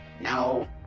no